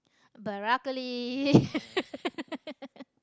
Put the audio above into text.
broccoli